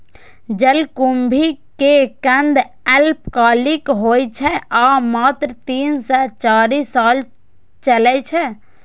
जलकुंभी के कंद अल्पकालिक होइ छै आ मात्र तीन सं चारि साल चलै छै